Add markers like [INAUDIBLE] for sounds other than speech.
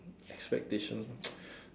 expectations [NOISE]